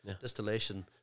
Distillation